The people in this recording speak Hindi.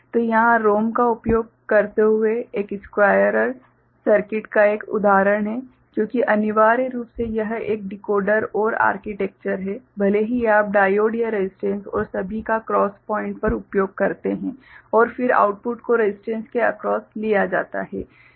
तो यहाँ ROM का उपयोग करते हुए एक स्क्वायरर सर्किट का एक उदाहरण है क्योंकि अनिवार्य रूप से यह एक डिकोडर OR आर्किटेक्चर है भले ही आप डायोड या रसिस्टेंस और सभी का क्रॉस पॉइंट पर उपयोग करते हैं और फिर आउटपुट को रसिस्टेंस के अक्रॉस लिया जाता है